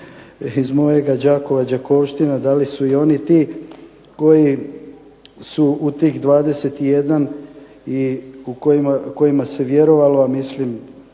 iz mojeg Đakova Đakovština da li su i oni ti koji su u tih 21 i u kojima se vjerovalo a mislim